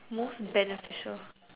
most beneficial